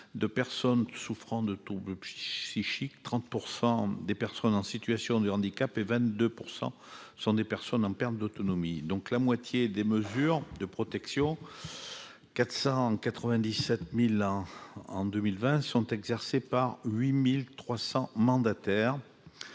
de personnes souffrant de troubles psychiques 30 % des personnes en situation de handicap et 22 % ce sont des personnes en perte d'autonomie, donc la moitié des mesures de protection 497000 en 2020 sont exercées par 8300 mandataires